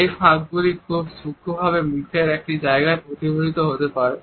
এই ফাঁকগুলি খুব সূক্ষ্মভাবে মুখের একটি জায়গায় প্রতিফলিত হতে পারে